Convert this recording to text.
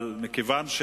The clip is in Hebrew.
אבל אני,